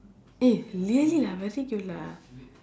eh really lah very cute lah